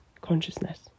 consciousness